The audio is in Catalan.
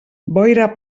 boira